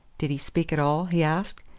did he speak at all? he asked.